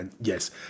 Yes